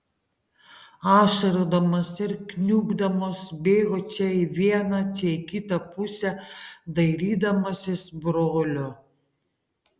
ašarodamas ir kniubdamas bėgo čia į vieną čia į kitą pusę dairydamasis brolio